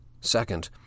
Second